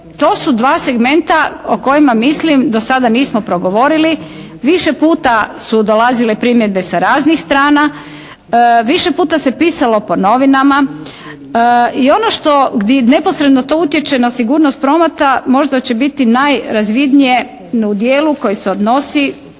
to su dva segmenta o kojima mislim do sada nismo progovorili. Više puta su dolazile primjedbe sa raznih strana. Više puta se pisalo po novinama. I ono što, gdje neposredno to utječe na sigurnost prometa možda će biti najrazvidnije u dijelu koji se odnosi